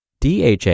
DHA